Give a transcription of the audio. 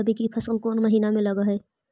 रबी की फसल कोन महिना में लग है?